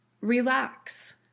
relax